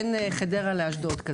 בין חדרה לאשדוד.